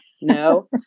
No